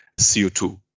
CO2